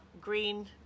Green